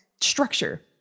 structure